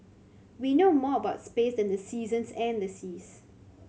we know more about space than the seasons and the seas